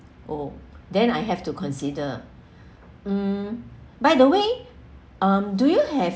oh then I have to consider um by the way um do you have